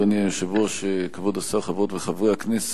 אדוני היושב-ראש, כבוד השר, חברות וחברי הכנסת,